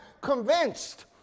convinced